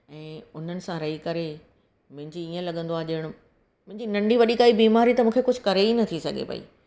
ऐं उन्हनि सां रही करे मुंहिंजी ईअं लॻंदो आहे ॼणु मुंहिंजी नंढी वॾी काई बीमारी त मूंखे कुझु करे ई नथी सघे पई